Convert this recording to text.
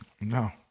No